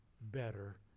better